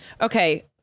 Okay